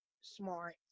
smart